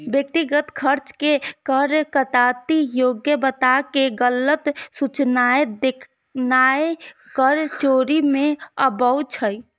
व्यक्तिगत खर्च के कर कटौती योग्य बताके गलत सूचनाय देनाय कर चोरी मे आबै छै